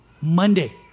Monday